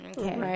Okay